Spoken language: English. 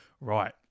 right